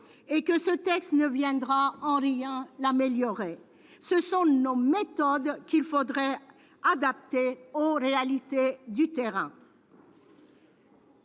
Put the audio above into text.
et que ce texte ne viendra en rien l'améliorer. Ce sont nos méthodes qu'il faudrait adapter aux réalités du terrain.